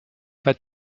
pas